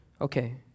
Okay